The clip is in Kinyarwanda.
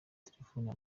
telefone